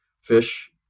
fish